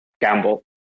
gamble